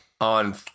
on